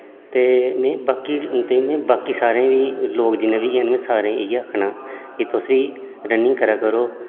ते में बाकी बाकी सारें दी लोक जिन्ने बी हैन सारें गी इ'यै आक्खना कि तुस बी रनिंग करा करो